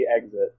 exit